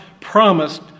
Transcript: promised